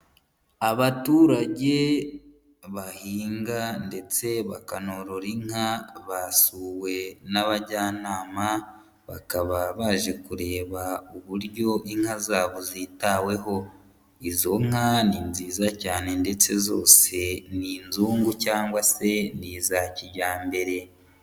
Abaturage bahinga ndetse bakanorora inka basuwe n'abajyanama, bakaba baje kureba uburyo inka zabo zitaweho, izo nka ni nziza cyane ndetse zose ni inzungu cyangwa se ni iza kijyambere.